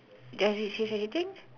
does it says anything